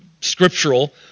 scriptural